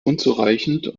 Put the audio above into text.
unzureichend